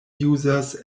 users